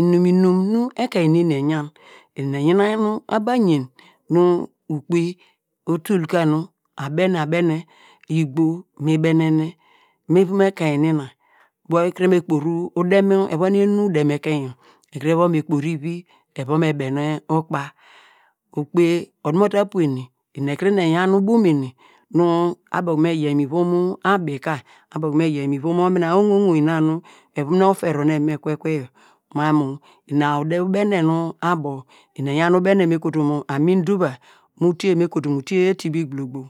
inum inum nu ekien neni eyan, eni eyinanein nu aba ayen nu ukpe otul ka nu abene abene, igbo mi benene, mu ivom ekein ni na ubo ekuru me kpor` udem, nu ekuru von enu udem kein yokr, ekuru von me kpor ivi eva me mene ukpa, ukpe oda ta puene eni ekiri eyan ubo umene nu abo okunu me yiye mu abi ka me yiye mu uwon na nu evon oferu na eva me kwe ekwe yor mam mu ona ubene na abo, eni eyan ubene nu me kotu mu amin diva mu utiye nu me kotu mu utiye etibigbulogbo.